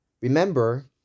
Remember